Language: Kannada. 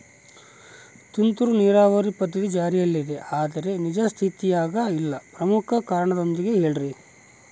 ತುಂತುರು ನೇರಾವರಿ ಪದ್ಧತಿ ಜಾರಿಯಲ್ಲಿದೆ ಆದರೆ ನಿಜ ಸ್ಥಿತಿಯಾಗ ಇಲ್ಲ ಪ್ರಮುಖ ಕಾರಣದೊಂದಿಗೆ ಹೇಳ್ರಿ?